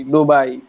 Dubai